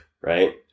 right